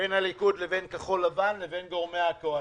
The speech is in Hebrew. בין הליכוד לבין כחול לבן לבין גורמי הקואליציה.